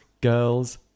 Girls